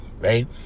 right